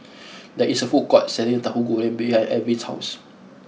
there is a food court selling Tahu Goreng behind Erving's house